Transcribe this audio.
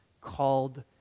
called